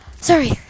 sorry